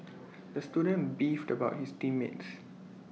the student beefed about his team mates